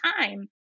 time